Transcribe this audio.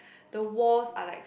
the walls are like